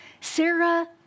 Sarah